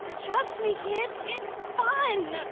trust me kids, it's fun!